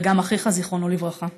וגם אחיך, זיכרונו לברכה.